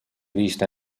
vist